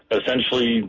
essentially